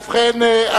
ובכן,